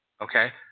Okay